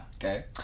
Okay